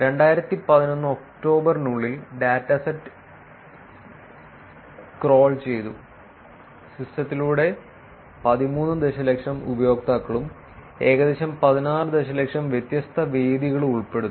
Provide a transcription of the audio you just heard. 2011 ഒക്ടോബറിനുള്ളിൽ dataset crawl ചെയ്തു സിസ്റ്റത്തിലൂടെ 13 ദശലക്ഷം ഉപയോക്താക്കളും ഏകദേശം 16 ദശലക്ഷം വ്യത്യസ്ത വേദികളും ഉൾപ്പെടുന്നു